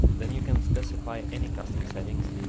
then you can specify any custom settings